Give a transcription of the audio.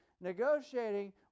negotiating